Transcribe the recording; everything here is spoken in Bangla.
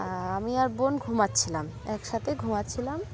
আমি আর বোন ঘুমাচ্ছিলাম একসাথে ঘুমাচ্ছিলাম